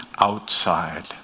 outside